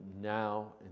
now